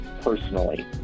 personally